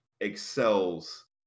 excels